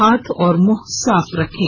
हाथ और मुंह साफ रखें